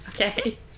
okay